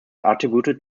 attributed